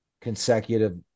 consecutive